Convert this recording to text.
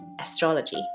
astrology